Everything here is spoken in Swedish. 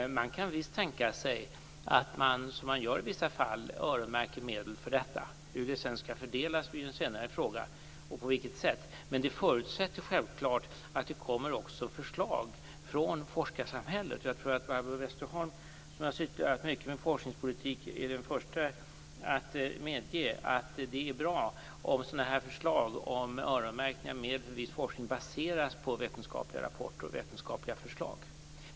Man kan visst tänka sig att man, som man gör i vissa fall, öronmärker medel för detta. Hur de sedan skall fördelas och på vilket sätt blir en senare fråga. Men detta förutsätter självklart att det också kommer förslag från forskarsamhället. Jag tror att Barbro Westerholm, som har sysslat mycket med forskningspolitik, är den första att medge att det är bra om sådana här förslag om öronmärkning av medel för viss forskning baseras på vetenskapliga rapporter och vetenskapliga förslag.